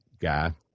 guy